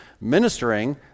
ministering